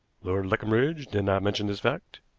lord leconbridge did not mention this fact?